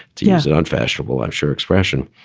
yes, it unfashionable offshore expression.